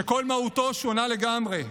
שכל מהותו שונה לגמרי.